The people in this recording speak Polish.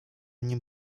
nim